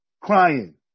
crying